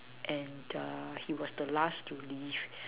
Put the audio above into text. and the he was the last to leave